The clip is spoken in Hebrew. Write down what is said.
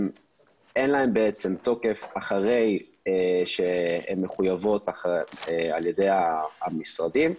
אין להן תוקף אחרי שהן מחויבות על-ידי המשרדים.